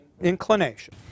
Inclination